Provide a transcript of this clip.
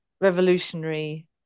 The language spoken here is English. revolutionary